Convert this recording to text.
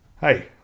hey